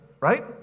right